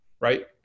right